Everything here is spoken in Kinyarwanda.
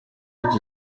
iki